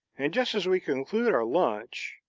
and just as we conclude our lunch,